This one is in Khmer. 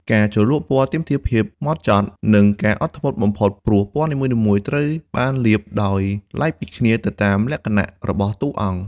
ការជ្រលក់ពណ៌ទាមទារភាពហ្មត់ចត់និងការអត់ធ្មត់បំផុតព្រោះពណ៌នីមួយៗត្រូវបានលាបដោយឡែកពីគ្នាទៅតាមលក្ខណៈរបស់តួអង្គ។